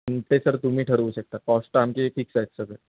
ते सर तुम्ही ठरवू शकता कॉस्ट तर आमचे फिक्स आहेत सगळं